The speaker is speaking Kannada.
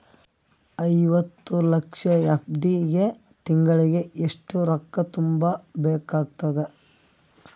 ಐವತ್ತು ಲಕ್ಷ ಎಫ್.ಡಿ ಗೆ ತಿಂಗಳಿಗೆ ಎಷ್ಟು ರೊಕ್ಕ ತುಂಬಾ ಬೇಕಾಗತದ?